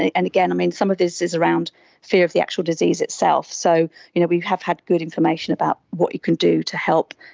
and again, and some of this is around fear of the actual disease itself. so you know we have had good information about what you can do to help